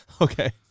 Okay